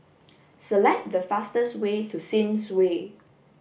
select the fastest way to Sims Way